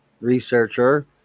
researcher